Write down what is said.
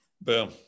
Boom